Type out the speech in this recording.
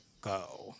go